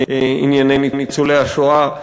בענייני ניצולי השואה,